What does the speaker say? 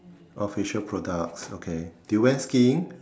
official products okay they went skiing